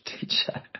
teacher